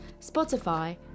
Spotify